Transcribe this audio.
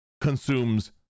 consumes